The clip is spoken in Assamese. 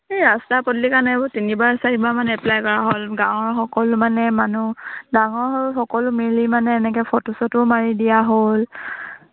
এই ৰাস্তা পদূলি কাৰণে এইবোৰ তিনিবাৰ চাৰিবাৰমান এপ্লাই কৰা হ'ল গাঁৱৰ সকলো মানে মানুহ ডাঙৰ সৰু সকলো মিলি মানে এনেকৈ ফটো চটো মাৰি দিয়া হ'ল